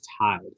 tied